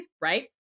right